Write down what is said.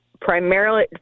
primarily